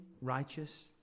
righteous